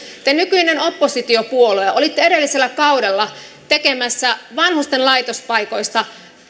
te nykyinen oppositiopuolue olitte edellisellä kaudella tekemässä vanhusten laitospaikoista